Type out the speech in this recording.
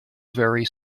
very